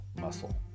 muscle